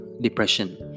depression